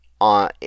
on